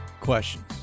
questions